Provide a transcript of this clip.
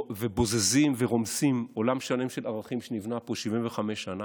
ובוזזים ורומסים עולם שלם של ערכים שנבנה פה 75 שנה,